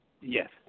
Yes